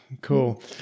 cool